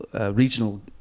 regional